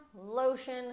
lotion